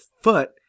foot